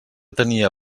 tenia